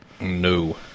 No